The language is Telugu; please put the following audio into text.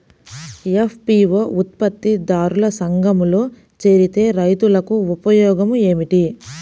ఎఫ్.పీ.ఓ ఉత్పత్తి దారుల సంఘములో చేరితే రైతులకు ఉపయోగము ఏమిటి?